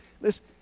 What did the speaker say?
Listen